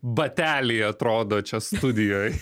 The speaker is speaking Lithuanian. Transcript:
bateliai atrodo čia studijoj